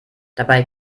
dabei